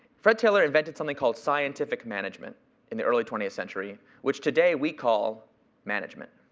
fred taylor invented something called scientific management in the early twentieth century, which today, we call management.